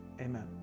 Amen